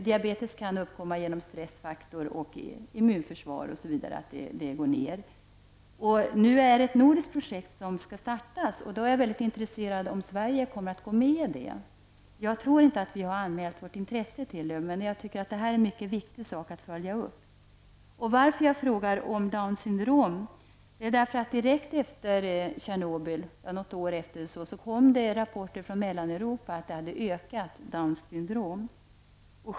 Diabetes kan uppkomma genom stress, försvagning av immunförsvaret m.m. Nu skall det startas ett nordiskt projekt och då är jag intresserad av att få veta om Sverige kommer att delta. Jag tror inte att vi har anmält intresse, men jag tycker att det här är en mycket viktig sak att följa upp. Anledningen till att jag frågar om Downs syndrom är den att något år efter Tjernobylolyckan kom det rapporter från Mellaneuropa om att Downs syndrom har ökat i omfattning.